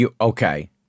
okay